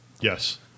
Yes